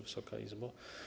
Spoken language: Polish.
Wysoka Izbo!